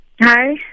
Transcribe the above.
Hi